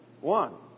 One